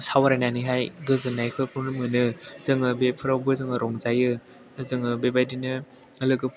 सावरायनानैहाय गोजोननायफोरखौ मोनो जोङो बेफोरावबो जोङो रंजायो जोङो बेबायदिनो लोगो